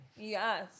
Yes